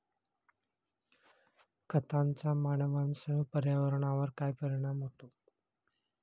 खतांचा मानवांसह पर्यावरणावर काय परिणाम होतो?